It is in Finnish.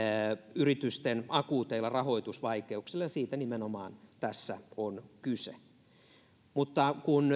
yritysten akuuteilla rahoitusvaikeuksilla ja siitä nimenomaan tässä on kyse mutta kun